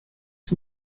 que